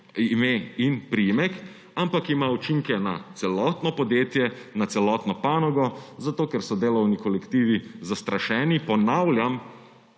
ime in priimek, ampak ima učinke na celotno podjetje, na celotno panogo, zato ker so delovni kolektiv zastrašeni. Ponavljam,